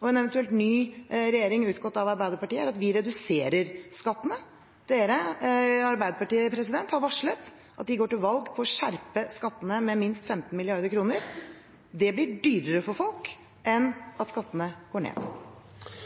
og en eventuell ny regjering utgått av Arbeiderpartiet, er at vi reduserer skattene. Arbeiderpartiet har varslet at de går til valg på å skjerpe skattene med minst 15 mrd. kr. Det blir dyrere for folk enn at skattene går ned.